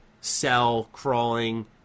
cell-crawling